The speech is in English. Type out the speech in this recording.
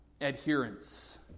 adherence